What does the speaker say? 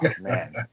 man